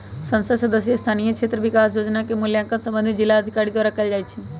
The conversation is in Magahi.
संसद सदस्य स्थानीय क्षेत्र विकास जोजना के मूल्यांकन संबंधित जिलाधिकारी द्वारा कएल जाइ छइ